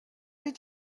did